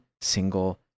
single